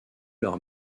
leur